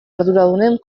arduradunen